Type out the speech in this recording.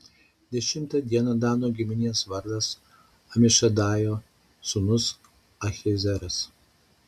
dešimtą dieną dano giminės vadas amišadajo sūnus ahiezeras